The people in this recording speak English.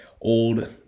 old